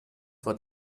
vor